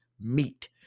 meat